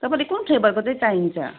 तपईँलाई कुन फ्लेभरको चाहिँ चाहिन्छ